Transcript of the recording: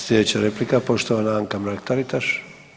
Sljedeća replika poštovana Anka Mrak-Taritaš.